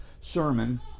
sermon